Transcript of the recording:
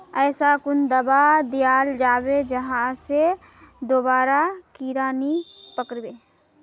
ऐसा कुन दाबा दियाल जाबे जहा से दोबारा कीड़ा नी पकड़े?